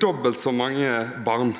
dobbelt så mange barn.